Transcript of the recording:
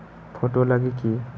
Photo लगी कि?